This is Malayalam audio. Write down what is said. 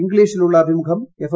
ഇംഗ്ലീഷിലുള്ള അഭിമുഖം എഫ്